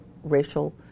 racial